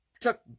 Took